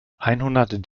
einhundert